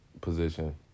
position